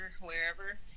wherever